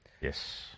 Yes